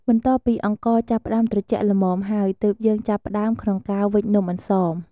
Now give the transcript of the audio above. បន្ទាប់ពីអង្ករចាប់ផ្តើមត្រជាក់ល្មមហើយ ទើបយើងចាប់ផ្តើមក្នុងការវេចនំអន្សម។